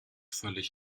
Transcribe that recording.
völlig